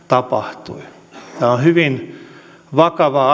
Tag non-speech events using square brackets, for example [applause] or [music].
tapahtui tämä on hyvin vakava [unintelligible]